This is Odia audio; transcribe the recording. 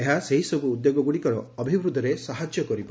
ଏହା ସେହିସବୁ ଉଦ୍ୟୋଗଗୁଡ଼ିକର ଅଭିବୃଦ୍ଧିରେ ସାହାଯ୍ୟ କରିବ